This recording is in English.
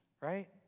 right